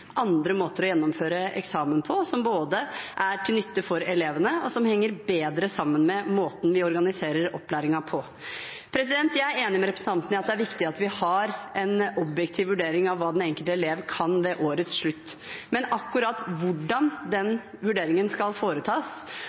andre måter å gjennomføre eksamen på som både er til nytte for elevene, og som henger bedre sammen med måten vi organiserer opplæringen på. Jeg er enig med representanten i at det er viktig at vi har en objektiv vurdering av hva den enkelte elev kan ved årets slutt, men akkurat hvordan den vurderingen skal foretas